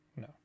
No